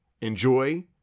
Enjoy